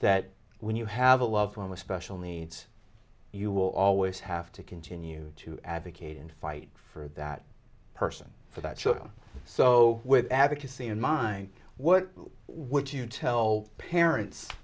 that when you have a loved one with special needs you will always have to continue to advocate and fight for that person for that show so with advocacy in mind what would you tell parents